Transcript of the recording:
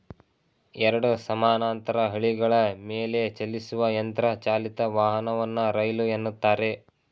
ಎರಡು ಸಮಾನಾಂತರ ಹಳಿಗಳ ಮೇಲೆಚಲಿಸುವ ಯಂತ್ರ ಚಾಲಿತ ವಾಹನವನ್ನ ರೈಲು ಎನ್ನುತ್ತಾರೆ